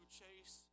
chase